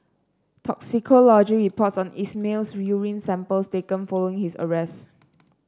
toxicology reports on Ismail's urine samples taken following his arrest